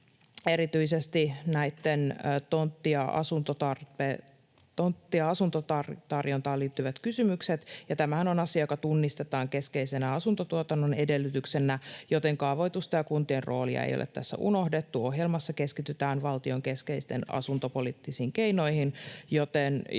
erityisesti tontti- ja asuntotarjontaan liittyvät kysymykset, ja tämähän on asia, joka tunnistetaan keskeisenä asuntotuotannon edellytyksenä, joten kaavoitusta ja kuntien roolia ei ole tässä unohdettu. Ohjelmassa keskitytään valtion keskeisiin asuntopoliittisiin keinoihin,